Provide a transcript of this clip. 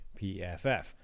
PFF